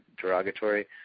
derogatory